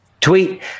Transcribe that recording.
tweet